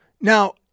now